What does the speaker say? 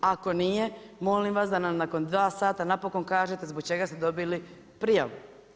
Ako nije, molim vas da nam nakon 2 sata napokon kažete, zbog čega ste dobili prijavu.